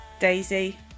Daisy